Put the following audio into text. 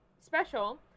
special